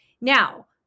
Now